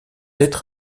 être